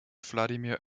wladimir